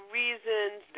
reasons